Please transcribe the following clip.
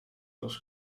zoals